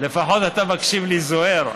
לפחות אתה מקשיב לי, זוהיר.